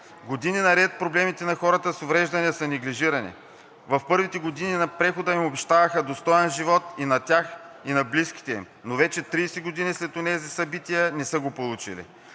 Години наред проблемите на хората с увреждания са неглижирани. В първите години на прехода им обещаваха достоен живот – и на тях, и на близките им. Но вече 30 години след онези събития не са го получили.